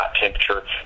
temperature